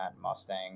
Mustang